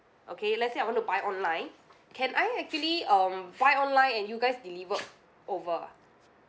okay let's say I want to buy online can I actually um buy online and you guys delivered over